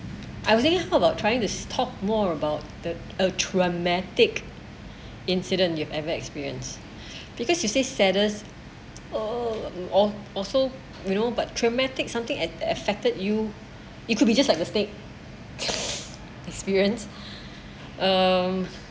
I would think about trying to talk more about that uh traumatic incident you've ever experience because you say saddest oh also you know but traumatic something at affected you it could be just like the thing experience um